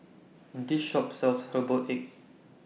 This Shop sells Herbal Egg